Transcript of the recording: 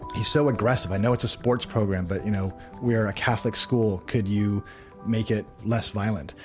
he's so aggressive. i know it's a sports program but you know we are a catholic school, could you make it less violent?